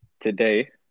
today